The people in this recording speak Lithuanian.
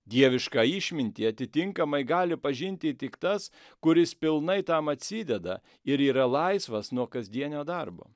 dievišką išmintį atitinkamai gali pažinti tik tas kuris pilnai tam atsideda ir yra laisvas nuo kasdienio darbo